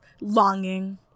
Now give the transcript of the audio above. Longing